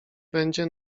będzie